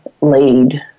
lead